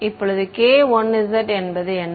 இப்போது k1z என்பது என்ன